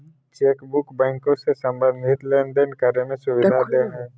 chequebook बैंको से संबंधित लेनदेन करे में सुविधा देय हइ